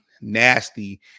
nasty